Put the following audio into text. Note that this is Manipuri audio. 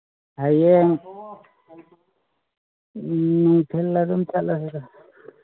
ꯍꯌꯦꯡ ꯅꯨꯡꯊꯤꯜ ꯑꯗꯨꯝ ꯆꯠꯂꯁꯤꯗ